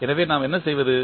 எனவே நாம் என்ன செய்வது